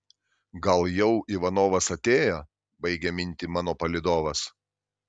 gal jau ivanovas atėjo baigia mintį mano palydovas